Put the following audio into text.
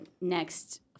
next